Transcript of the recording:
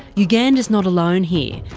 uganda's not alone here,